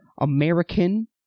American